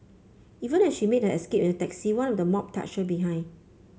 even as she made her escape at taxi one of the mob touched her behind